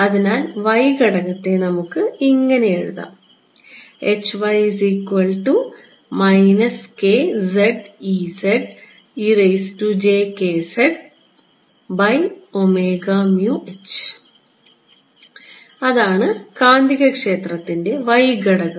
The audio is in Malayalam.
അതിനാൽ y ഘടകത്തെ നമുക്ക് ഇങ്ങനെ എഴുതാം അതാണ് കാന്തികക്ഷേത്രത്തിന്റെ y ഘടകം